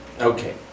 okay